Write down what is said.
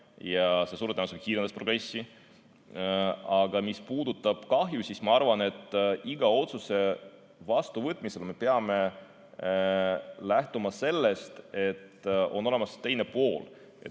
ja see suure tõenäosusega kiirendas progressi. Aga mis puudutab kahju, siis ma arvan, et iga otsuse vastuvõtmisel me peame lähtuma sellest, et on olemas ka teine pool.